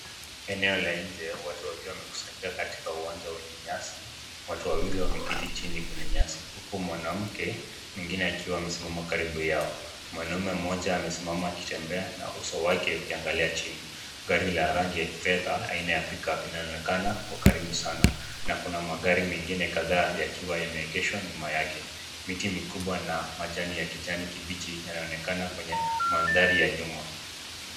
Eneo la nje, watu wakiwa wamekusanyika katika uwanja wenye nyasi. Watu wawili wameketi chini kwenye nyasi huku mwanamke mwingine akiwa amesimama karibu yao .Mwanaume mmoja amesimama akitembea na uso wake ukiangalia chini. Gari la rangi ya fedha ,aina ya cs[pick-up]cs inaoneka kwa karibu sana na kuna magari mengine kadhaa yakiwa yameegeshwa nyuma yake. Miti mikubwa na majani ya kijani kibichi yanaonekana kwenye mandhari ya nyuma.